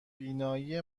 بینایی